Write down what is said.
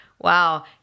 Wow